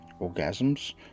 orgasms